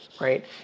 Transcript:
right